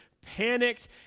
panicked